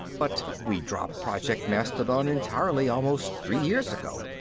but we dropped project mastodon entirely almost three years ago.